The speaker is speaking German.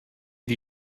die